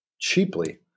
cheaply